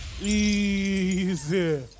Easy